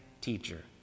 teacher